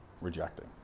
rejecting